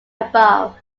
above